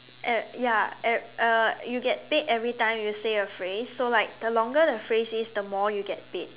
uh ya uh uh you get paid every time you say a phrase so like the longer the phrase is the more you get paid